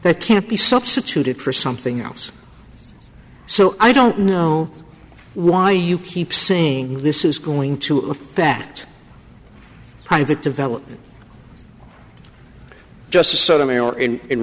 that can't be substituted for something else so i don't know why you keep saying this is going to affect private development just